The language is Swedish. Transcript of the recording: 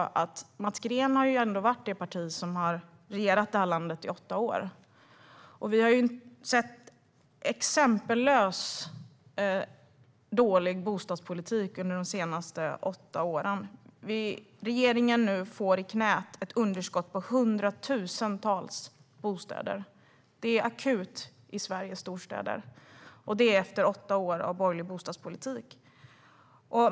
Mats Greens parti har ändå varit med och regerat det här landet i åtta år, och vi såg en exempellöst dålig bostadspolitik under de åtta åren. Det regeringen nu får i knäet är ett underskott på hundratusentals bostäder. Läget är akut i Sveriges storstäder, och det efter åtta år av borgerlig bostadspolitik.